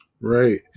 Right